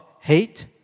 hate